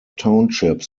townships